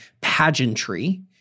pageantry